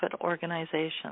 organizations